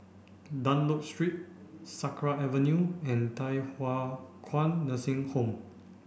Dunlop Street Sakra Avenue and Thye Hua Kwan Nursing Home